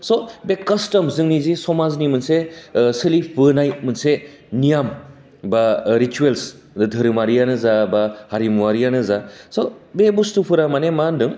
स' बे कास्टम जोंनि जे समाजनि मोनसे सोलिबोनाय मोनसे नियम बा रेसुयेलस धोरोमारियानो जा बा हारिमुआरियानो जा स' बे बुस्थुफोरा मानि मा होनदों